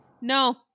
No